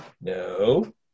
No